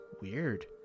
weird